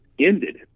ended